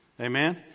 Amen